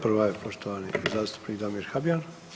Prva je poštovani zastupnik Damir Habijan.